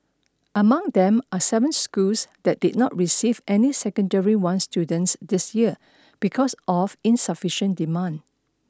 among them are seven schools that did not receive any secondary once students this year because of insufficient demand